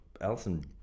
Alison